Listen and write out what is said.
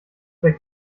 der